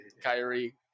Kyrie